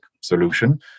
solution